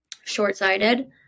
short-sighted